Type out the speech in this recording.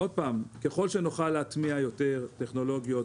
ככל שנוכל להטמיע יותר טכנולוגיות